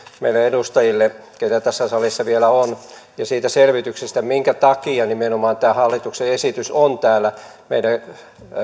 meille edustajille keitä tässä salissa vielä on ja siitä selvityksestä minkä takia nimenomaan tämä hallituksen esitys on täällä meidän